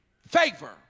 Favor